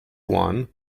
one